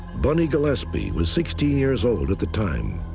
bunny gillespie was sixteen years old at the time.